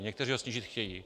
Někteří ho snížit chtějí.